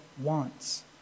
wants